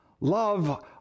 love